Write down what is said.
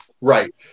Right